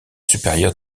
supérieur